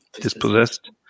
dispossessed